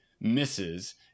misses